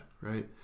right